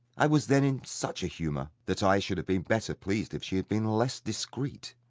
i was then in such a humour, that i should have been better pleased if she had been less discreet.